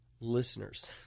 listeners